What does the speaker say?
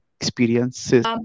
experiences